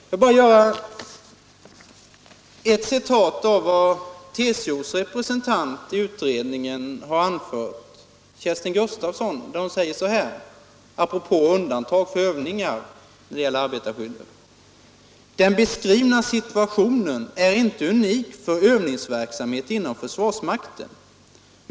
Jag vill bara läsa upp ett citat av vad TCO:s representant i utredningen, Kerstin Gustafsson, har anfört apropå undantag för övningar när det gäller arbetarskyddet: ”Den beskrivna situationen är inte unik för övningsverksamhet inom försvarsmakten.